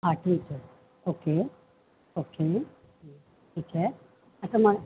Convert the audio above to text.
आठवीत आहे okay okay ठीक आहे आता म